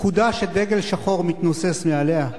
פקודה שדגל שחור מתנוסס מעליה,